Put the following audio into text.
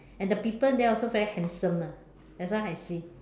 and the people there also very handsome ah that's why I see